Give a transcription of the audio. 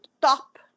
top